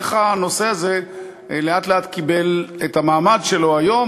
איך הנושא הזה לאט-לאט קיבל את המעמד שלו היום,